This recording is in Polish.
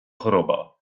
choroba